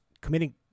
committing